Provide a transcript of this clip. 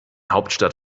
hauptstadt